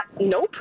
nope